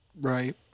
Right